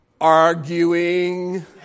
Arguing